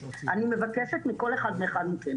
אני מבקשת מכל אחד ואחת מכם